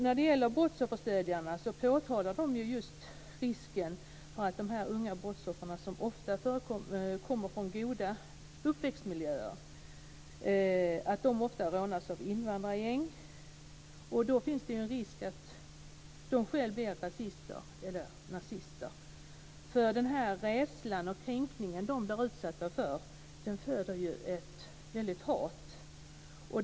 När det gäller brottsofferstödjarna påtalar de just risken för att de unga brottsoffren, som kommer från goda uppväxtmiljöer och ofta rånas av invandrargäng, själva blir rasister eller nazister. Den rädsla och den kränkning som de blir utsatta för föder ett väldigt hat.